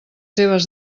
seves